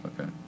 Okay